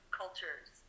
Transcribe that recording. cultures